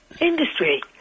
industry